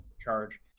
charge